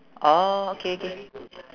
orh okay okay